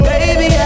Baby